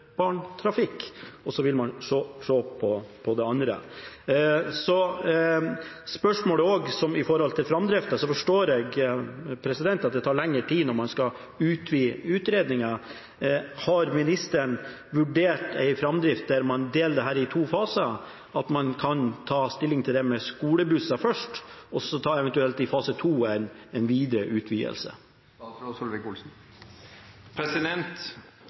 skolebarntrafikk, og så vil man se på det andre. Når det gjelder framdriften, forstår jeg at det tar lengre tid når man skal utvide utredningen. Har ministeren vurdert en framdrift der man deler dette i to faser – at man kan ta stilling til det med skolebusser først, og så eventuelt i fase 2 ta en videre